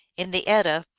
in the edda,